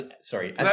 Sorry